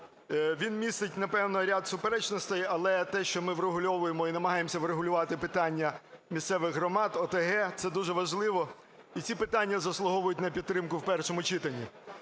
він містить, напевно, ряд суперечностей, але те, що ми врегульовуємо і намагаємося врегулювати питання місцевих громад. ОТГ – це дуже важливо, і ці питання заслуговують на підтримку в першому читанні.